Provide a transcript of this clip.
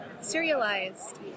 serialized